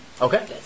Okay